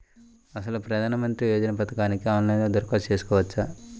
అసలు ప్రధాన మంత్రి యోజన పథకానికి ఆన్లైన్లో దరఖాస్తు చేసుకోవచ్చా?